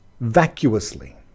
vacuously